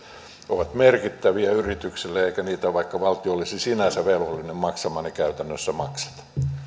ovat merkittäviä yrityksille eikä niitä vaikka valtio olisi sinänsä velvollinen maksamaan käytännössä makseta